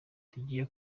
tugiye